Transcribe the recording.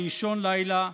באישון לילה,